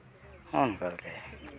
ᱦᱚᱸᱜᱼᱚ ᱱᱚᱝᱠᱟ ᱟᱨᱠᱤ